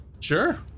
sure